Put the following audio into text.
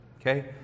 Okay